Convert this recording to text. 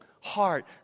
heart